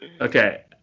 Okay